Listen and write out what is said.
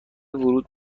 ورود